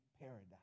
paradise